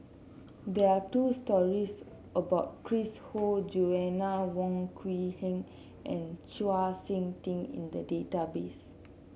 there two stories about Chris Ho Joanna Wong Quee Heng and Chau SiK Ting in the database